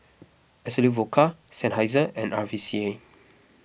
Absolut Vodka Seinheiser and R V C A